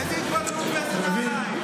איזה התבוללות ואיזה נעליים?